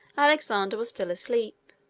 alexander was still asleep.